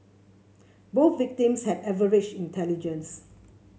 both victims had average intelligence